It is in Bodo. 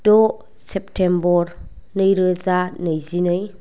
द' सेप्तेम्बर नैरोजा नैजिनै